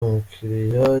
umukiriya